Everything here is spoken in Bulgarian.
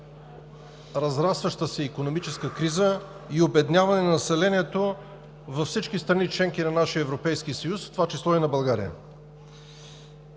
разрастваща се икономическа криза и обедняване на населението за всички страни – членки на нашия Европейски съюз, в това число и на България.